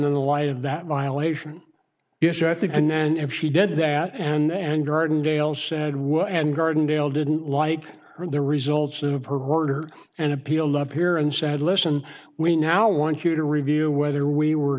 in the light of that violation issue i think and then if she did that and gardendale said well and gardendale didn't like her the results of her order and appeal up here and said listen we now want you to review whether we were